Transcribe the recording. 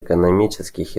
экономических